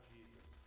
Jesus